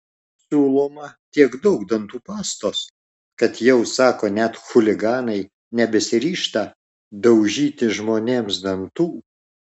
siūloma tiek daug dantų pastos kad jau sako net chuliganai nebesiryžta daužyti žmonėms dantų